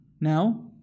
Now